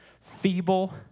feeble